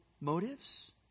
motives